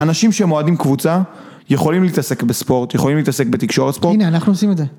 אנשים שמועדים קבוצה, יכולים להתעסק בספורט, יכולים להתעסק בתקשורת ספורט. הנה, אנחנו עושים את זה.